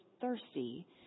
thirsty